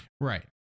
Right